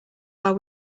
how